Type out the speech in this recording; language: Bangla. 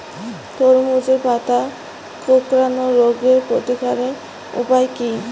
তরমুজের পাতা কোঁকড়ানো রোগের প্রতিকারের উপায় কী?